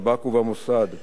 תמיד הותיר חותם.